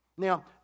Now